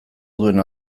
duen